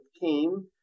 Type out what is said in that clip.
came